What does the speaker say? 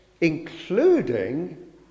including